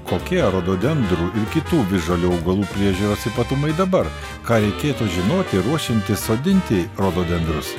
kokie rododendrų ir kitų visžalių augalų priežiūros ypatumai dabar ką reikėtų žinoti ruošiantis sodinti rododendrus